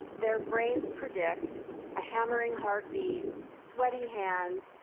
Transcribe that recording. their brains predict a hammering heartbeat, sweaty hands,